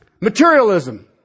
Materialism